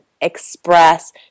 express